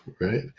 right